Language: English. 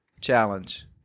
Challenge